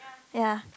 ya